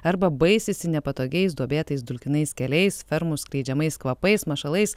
arba baisisi nepatogiais duobėtais dulkinais keliais fermų skleidžiamais kvapais mašalais